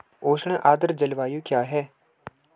उष्ण आर्द्र जलवायु क्या है?